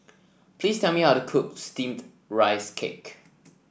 please tell me how to cook steamed Rice Cake